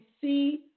see